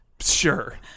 Sure